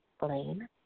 Blaine